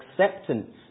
acceptance